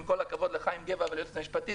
עם כל הכבוד לחיים גבע וליועצת המשפטית,